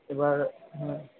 এবার হুম